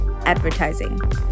advertising